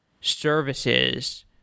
services